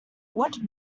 what